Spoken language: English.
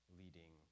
leading